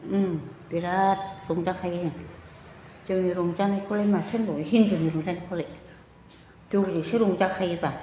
बिराद रंजाखायो जोंनि रंजानायखौलाय माथो होनबावनो हिनजावनि रंजानायखौलाय जौजोंसो रंजाखायोबा